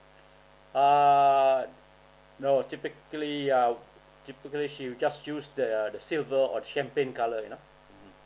err no typically uh typically she'll just use the the silver or champagne colour you know